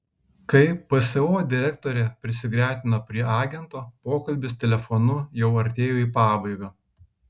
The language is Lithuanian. kai pso direktorė prisigretino prie agento pokalbis telefonu jau artėjo į pabaigą